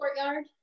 courtyard